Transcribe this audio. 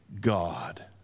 God